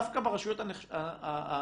דווקא ברשויות הנחשלות.